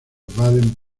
baden